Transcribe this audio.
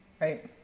Right